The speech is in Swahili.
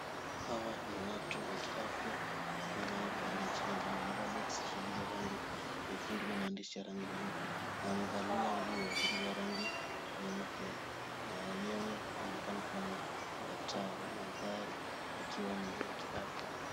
Hawa ni watu wa kiafya wanaopeana chanjo. Wamebeba boksi zilizo rangi nyekundu na maandishi ya rangi nyeupe. Wamevalia nguo zilizo rangi nyeupe na wenyewe waonekana kuwa ni madaktari. Mandhari yakiwa ni ya kiafya.